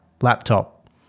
laptop